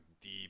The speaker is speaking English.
deep